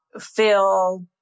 feel